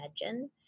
imagine